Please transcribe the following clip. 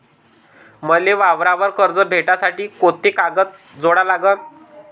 मले वावरावर कर्ज भेटासाठी कोंते कागद जोडा लागन?